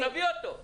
אז תביא אותו.